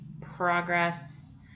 progress